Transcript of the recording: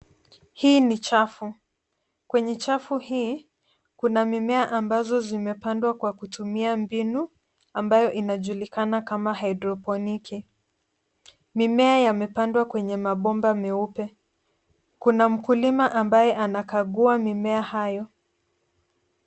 Hii ni chafu. Kwenye chafu hii kuna mimea ambazo zimepangwa kwa kutumia mbinu ambayo inajulikana kama hydropniki. Mimea yamepandwa kwenye mabomba meupe. Kuna mkulima ambaye anakagua mimea hayo.